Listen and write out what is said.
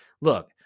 Look